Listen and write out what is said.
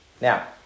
Now